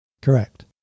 Correct